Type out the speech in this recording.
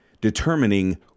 determining